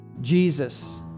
Jesus